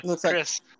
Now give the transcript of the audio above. Chris